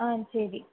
சரி